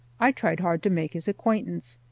i tried hard to make his acquaintance,